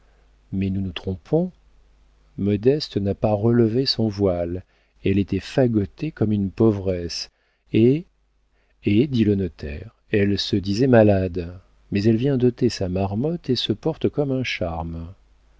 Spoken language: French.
mais nous nous trompons modeste n'a pas relevé son voile elle était fagotée comme une pauvresse et et dit le notaire elle se disait malade mais elle vient d'ôter sa marmotte et se porte comme un charme